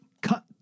Cut